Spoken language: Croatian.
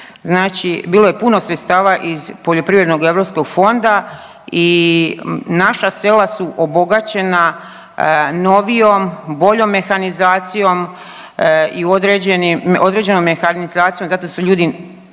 znači bilo je puno sredstava iz poljoprivrednog europskog fonda i naša sela su obogaćena novijom, boljom mehanizacijom i određenom mehanizacijom zato su ljudi